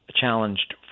challenged